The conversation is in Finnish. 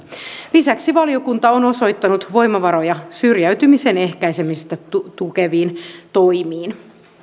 lisäksi valiokunta on osoittanut voimavaroja syrjäytymisen ehkäisemistä tukeviin toimiin